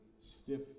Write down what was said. stiff